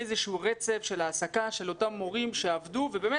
איזשהו רצף של העסקה של אותם מורים שעבדו ובאמת